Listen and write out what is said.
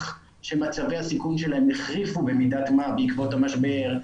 שמצבי הסיכון שלהם החריפו במידת מה בעקבות המשבר,